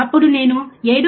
అప్పుడు నేను 7